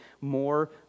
more